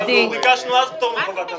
אנחנו ביקשנו פטור מחובת הנחה.